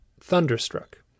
Thunderstruck